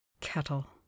Kettle